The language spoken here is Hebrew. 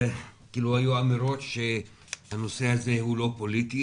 היו אמירות שהנושא הזה הוא לא פוליטי,